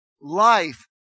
life